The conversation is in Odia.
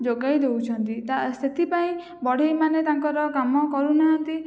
ଯୋଗାଇ ଦେଉଛନ୍ତି ତା ସେଥିପାଇଁ ବଢ଼େଇମାନେ ତାଙ୍କର କାମ କରୁନାହାଁନ୍ତି